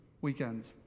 weekends